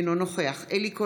אינו נוכח אלי כהן,